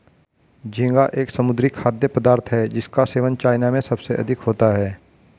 झींगा एक समुद्री खाद्य पदार्थ है जिसका सेवन चाइना में सबसे अधिक होता है